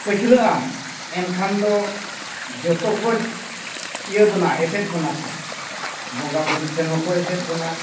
ᱯᱟᱹᱪᱷᱞᱟᱹᱜ ᱟᱢ ᱮᱱᱠᱷᱟᱱ ᱫᱚ ᱡᱷᱚᱛᱚ ᱠᱚ ᱤᱭᱟᱹ ᱵᱚᱱᱟ ᱮᱥᱮᱫ ᱵᱚᱱᱟ ᱠᱚ ᱵᱚᱸᱜᱟ ᱵᱩᱨᱩ ᱴᱷᱮᱱ ᱦᱚᱸᱠᱚ ᱮᱥᱮᱫ ᱵᱚᱱᱟ